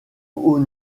haut